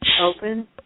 open